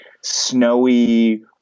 snowy